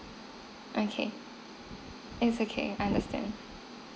okay it's okay I understand